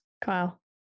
Kyle